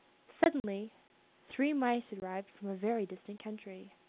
suddenly three mice arrived from a very distant country.